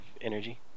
energy